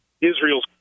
Israel's